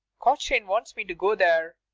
cochrane wants me to go there.